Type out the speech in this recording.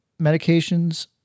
medications